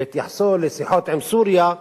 בהתייחסו לשיחות עם סוריה: